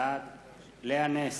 בעד לאה נס,